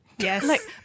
Yes